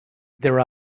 their